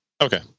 Okay